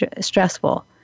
stressful